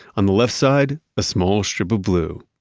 on the left side, a small strip of blue.